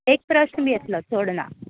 एक प्रस्न बी येतलो चड ना